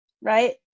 Right